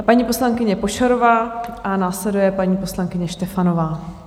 Paní poslankyně Pošarová a následuje paní poslankyně Štefanová.